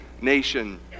nation